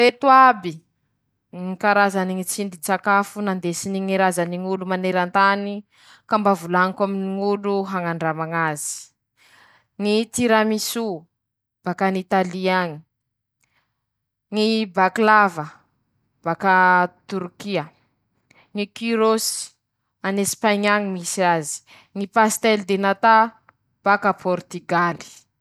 Ñy fomba hahafahako mañome antoky fa miaro ñy tontolo iay tokoa ñy sakafo haniko :ñy fisafidianako ñy sakafo voafante ro maitso, manahaky anizay ñy fampiasako sakafo aminy ñy toera misy ahy noho arakiny ñy sezon mahavokatsy azy.